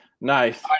Nice